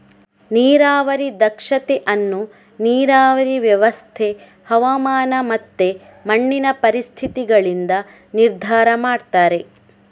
ನೀರಾವರಿ ದಕ್ಷತೆ ಅನ್ನು ನೀರಾವರಿ ವ್ಯವಸ್ಥೆ, ಹವಾಮಾನ ಮತ್ತೆ ಮಣ್ಣಿನ ಪರಿಸ್ಥಿತಿಗಳಿಂದ ನಿರ್ಧಾರ ಮಾಡ್ತಾರೆ